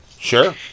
Sure